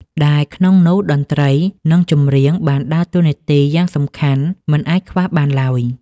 ដែលក្នុងនោះតន្ត្រី និងចម្រៀងបានដើរតួនាទីយ៉ាងសំខាន់មិនអាចខ្វះបានឡើយ។